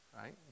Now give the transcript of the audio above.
right